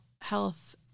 health